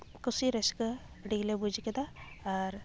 ᱠᱩᱥᱤ ᱨᱟᱹᱥᱠᱟᱹ ᱟ ᱰᱤ ᱜᱮᱞᱮ ᱵᱩᱡᱽ ᱠᱮᱫᱟ ᱟᱨ